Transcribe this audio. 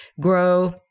grow